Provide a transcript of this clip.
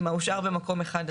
את "הושאר במקום אחד".